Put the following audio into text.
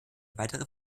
weitere